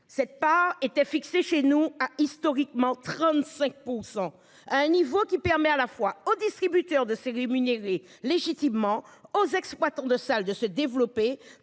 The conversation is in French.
cette pas été fixée chez nous a historiquement 35% un niveau qui permet à la fois aux distributeurs de rémunérer légitimement aux exploitants de salles de se développer